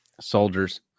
soldiers